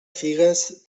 figues